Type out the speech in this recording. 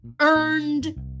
earned